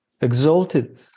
exalted